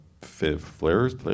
flares